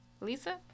Lisa